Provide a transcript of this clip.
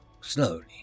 slowly